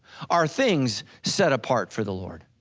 are things set apart for the lord.